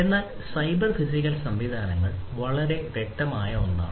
എന്നാൽ cyber physical സംവിധാനങ്ങൾ വളരെ വ്യക്തമായിട്ടുള്ള ഒന്നാണ്